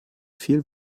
viel